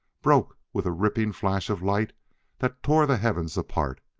broke with a ripping flash of light that tore the heavens apart,